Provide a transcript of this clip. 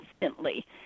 instantly